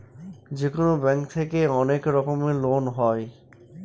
যেকোনো ব্যাঙ্ক থেকে অনেক রকমের লোন হয়